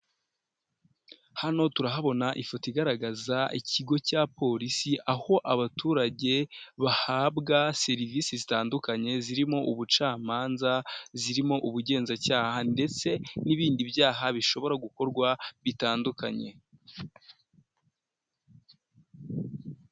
Hano turahabona ifoto igaragaza ikigo cya polisi, aho abaturage bahabwa serivisi zitandukanye zirimo ubucamanza, zirimo ubugenzacyaha ndetse n'ibindi byaha bishobora gukorwa bitandukanye.